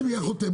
לציבור החרדי.